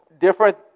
different